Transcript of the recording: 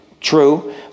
True